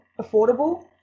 affordable